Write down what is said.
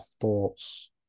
thoughts